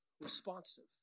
responsive